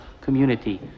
community